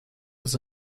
was